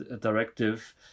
directive